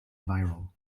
viral